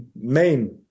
main